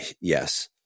Yes